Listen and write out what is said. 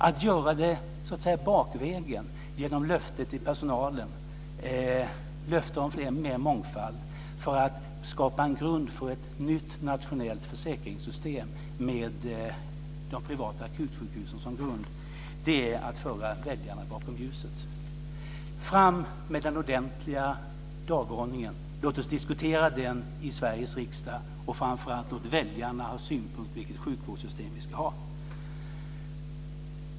Att göra detta bakvägen genom löften till personalen om mer mångfald för att skapa en grund för ett nytt nationellt försäkringssystem med de privata akutsjukhusen som bas är att föra väljarna bakom ljuset. Fram med den ordentliga dagordningen. Låt oss diskutera den i Sveriges riksdag. Låt väljarna ha synpunkter om vilket sjukvårdssystem vi ska ha.